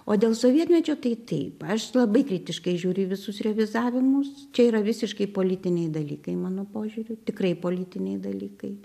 o dėl sovietmečio tai taip aš labai kritiškai žiūriu į visus revizavimus čia yra visiškai politiniai dalykai mano požiūriu tikrai politiniai dalykai